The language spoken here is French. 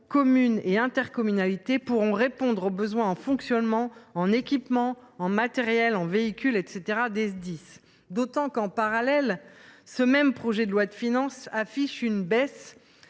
communes et intercommunalités pourront répondre aux besoins des Sdis, en fonctionnement, en équipement, en matériel, en véhicules, etc. d’autant que, en parallèle, ce même projet de loi de finances affiche une baisse